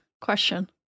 Question